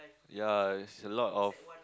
yea it's a lot of